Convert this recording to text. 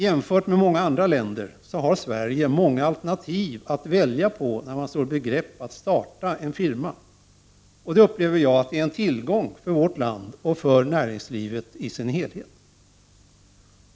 Jämfört med andra länder har man i Sverige många alternativ att välja mellan när man står i begrepp att starta en firma, och det är en tillgång för vårt land och för näringslivet i dess helhet.